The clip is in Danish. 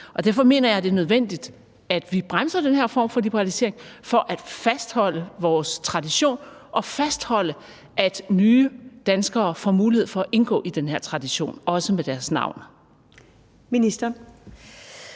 Derfor mener jeg, det er nødvendigt, at vi bremser den her form for liberalisering, for at fastholde vores tradition og fastholde, at nye danskere får mulighed for at indgå i den her tradition, også med deres navn. Kl.